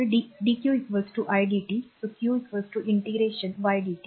तर dqidt q integration ydt